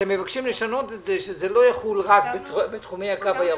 אתם מבקשים את זה כך שזה לא יחול רק בתחומי הקו הירוק.